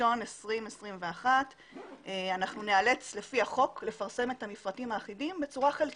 ב-1.1.2021 אנחנו ניאלץ לפי החוק לפרסם את המפרטים האחידים בצורה חלקית.